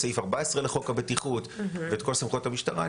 סעיף 14 לחוק הבטיחות ואת כל סמכויות המשטרה.